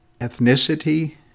ethnicity